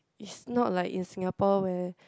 it's not like in Singapore where